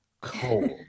cold